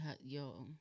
yo